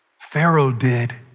pharaoh did